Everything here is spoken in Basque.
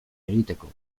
egiteko